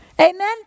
Amen